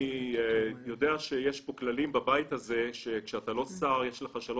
אני התחלתי את הקריירה שלי כעורך דין.